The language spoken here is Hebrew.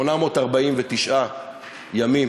849 ימים